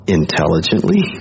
intelligently